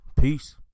Peace